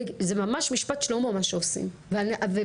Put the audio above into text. זה ממש משפט שלמה מה שעושים ובאמת,